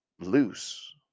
loose